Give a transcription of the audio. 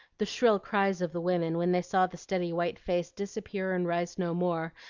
the shrill cries of the women when they saw the steady white face disappear and rise no more,